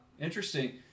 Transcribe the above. interesting